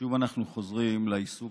שוב אנחנו חוזרים לעיסוק